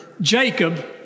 Jacob